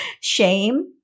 shame